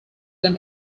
than